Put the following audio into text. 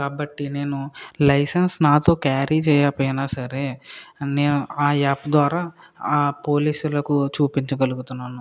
కాబట్టి నేను లైసెన్స్ నాతో క్యారీ చేయకపోయినా సరే నేను ఆ యాప్ ద్వారా ఆ పోలీసులకు చూపించగలుగుతున్నాను